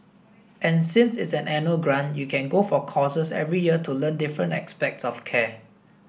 and since it's an annual grant you can go for courses every year to learn different aspects of care